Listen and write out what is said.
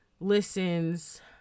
listens